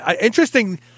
interesting